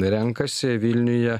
renkasi vilniuje